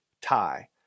tie